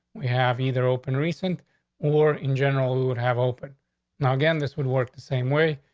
we have either open, recent or in general would have open now again. this would work the same way.